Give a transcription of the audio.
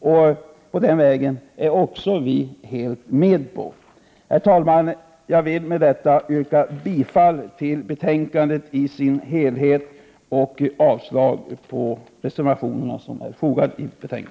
Också vi är helt med på detta. Herr talman! Jag vill härmed yrka bifall till utskottets hemställan i dess helhet och avslag på reservationerna.